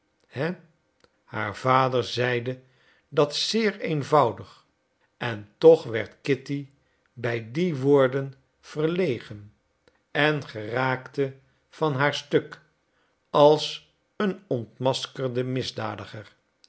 he haar vader zeide dat zeer eenvoudig en toch werd kitty bij die woorden verlegen en geraakte van haar stuk als een ontmaskerde misdadiger